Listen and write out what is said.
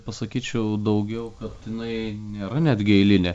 pasakyčiau daugiau kad jinai nėra netgi eilinė